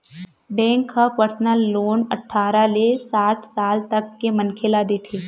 bank ह personal loan अठारह ले साठ साल तक के मनखे ल देथे